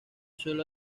suelo